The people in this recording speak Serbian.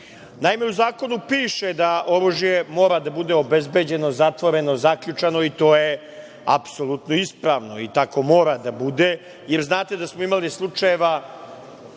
oružje. Naime, u zakonu piše da oružje mora da bude obezbeđeno, zatvoreno, zaključano i to je apsolutno ispravno i tako mora da bude. Jer, znate da smo imali nesrećnih